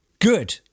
good